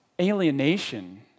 alienation